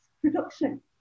production